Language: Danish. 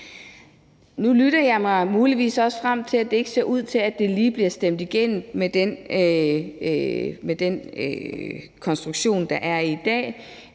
Nu lytter jeg mig muligvis også frem til, at det ikke ser ud til, at det lige bliver stemt igennem med den konstruktion, der er i dag,